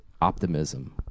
optimism